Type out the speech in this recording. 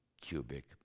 cubic